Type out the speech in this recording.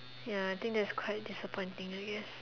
ya I think that's quite disappointing I guess